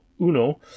Uno